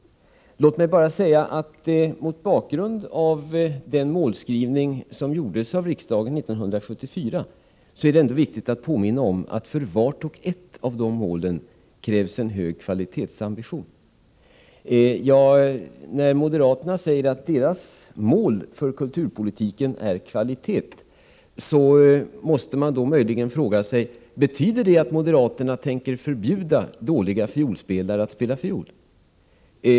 Låt mig bara säga, att det mot bakgrund av den målskrivning som gjordes av riksdagen 1974 ändå är viktigt att påminna om att för vart och ett av de målen krävs en hög kvalitetsambition. När moderaterna säger att deras mål för kulturpolitiken är kvalitet, måste man möjligen fråga sig: Betyder det att moderaterna tänker förbjuda dåliga fiolspelare att spela fiol?